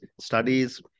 Studies